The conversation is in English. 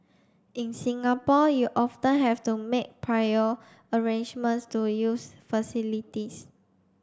in Singapore you often have to make prior arrangements to use facilities